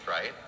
right